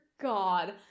God